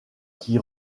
qui